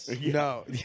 No